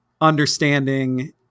understanding